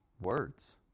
words